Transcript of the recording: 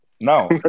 no